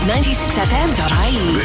96fm.ie